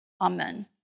Amen